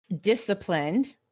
disciplined